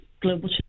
Global